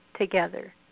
together